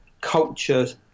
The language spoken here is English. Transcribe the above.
cultures